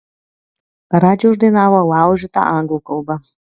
radži uždainavo laužyta anglų kalba